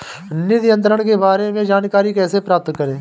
निधि अंतरण के बारे में जानकारी कैसे प्राप्त करें?